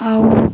ଆଉ